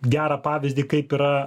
gerą pavyzdį kaip yra